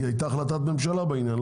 כי היתה החלטת ממשלה בעניין,